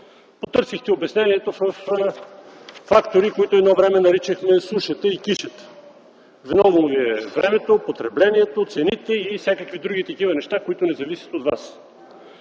Потърсихте обяснението във фактори, които едно време наричахме „сушата и кишата”. Виновно ви е времето, потреблението, цените и всякакви други такива неща, които не зависят от вас.